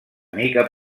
mica